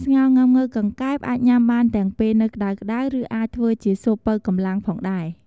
ស្ងោរងាំង៉ូវកង្កែប អាចញុំាបានទាំងពេលនៅក្ដៅៗ និងអាចធ្វើជាស៊ុបប៉ូវកម្លាំងផងដែរ។